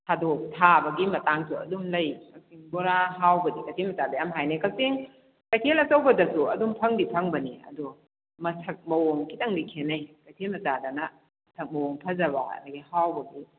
ꯊꯥꯗꯣꯛ ꯊꯕꯒꯤ ꯃꯇꯥꯡꯁꯨ ꯑꯗꯨꯝ ꯂꯩ ꯀꯛꯆꯤꯡ ꯕꯣꯔꯥ ꯍꯥꯎꯕꯗꯤ ꯀꯩꯊꯦꯜ ꯃꯆꯥꯗꯤ ꯌꯥꯝ ꯍꯥꯏꯅꯩ ꯀꯛꯆꯤꯡ ꯀꯩꯊꯦꯜ ꯑꯆꯧꯕꯗꯁꯨ ꯑꯗꯨꯝ ꯐꯪꯗꯤ ꯐꯪꯕꯅꯤ ꯑꯗꯣ ꯃꯁꯛ ꯃꯑꯣꯡ ꯈꯤꯇꯪꯗꯤ ꯈꯦꯅꯩ ꯀꯩꯊꯦꯜ ꯃꯆꯥꯗꯅ ꯃꯁꯛ ꯃꯑꯣꯡ ꯐꯖꯕ ꯑꯗꯒꯤ ꯍꯥꯎꯕꯁꯨ